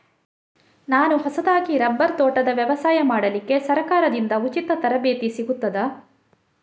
ನಾನು ಹೊಸದಾಗಿ ರಬ್ಬರ್ ತೋಟದ ವ್ಯವಸಾಯ ಮಾಡಲಿಕ್ಕೆ ಸರಕಾರದಿಂದ ಉಚಿತ ತರಬೇತಿ ಸಿಗುತ್ತದಾ?